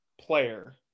player